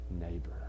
neighbor